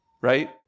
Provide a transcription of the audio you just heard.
right